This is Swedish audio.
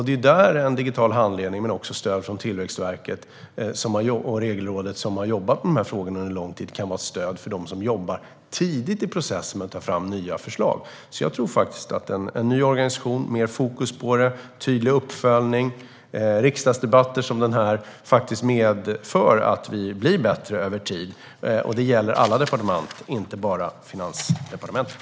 Det är där en digital handledning men också stöd från Tillväxtverket och Regelrådet som har jobbat med de frågorna under en lång tid kan vara ett stöd för dem som jobbar tidigt i processen med att ta fram nya förslag. Jag tror att en ny organisation, mer fokus, tydlig uppföljning och riksdagsdebatter som denna medför att vi blir bättre över tid. Det gäller alla departement och inte bara Finansdepartementet.